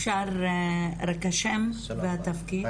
אפשר רק השם והתפקיד.